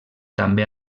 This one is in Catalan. també